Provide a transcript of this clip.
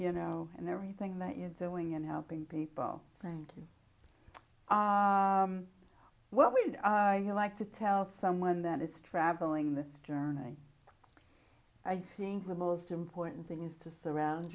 you know and everything that you're doing and helping people thank you what we'd like to tell someone that is travelling this journey i think the most important thing is to surround